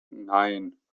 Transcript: nein